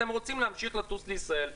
אתם רוצים להמשיך לטוס לישראל?